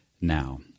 now